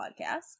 podcast